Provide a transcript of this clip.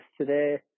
today